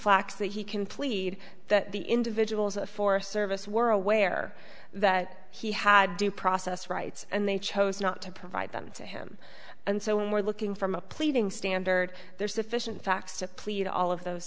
flacks that he can plead that the individuals for service were aware that he had due process rights and they chose not to provide them to him and so when we're looking from a pleading standard there's sufficient facts to plead to all of those